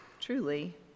truly